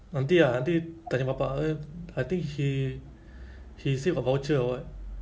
nanti ah nanti tanya bapak uh I think he he save a voucher or what